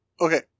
Okay